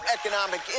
Economic